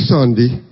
Sunday